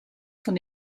von